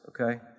okay